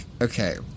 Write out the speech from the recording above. okay